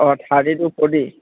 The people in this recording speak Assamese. অঁ থাৰ্টি টু ফৰ্টি